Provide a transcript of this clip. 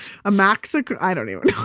a maximalma. i don't even